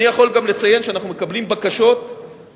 אני יכול גם לציין שאנחנו מקבלים בקשות לאינפורמציה,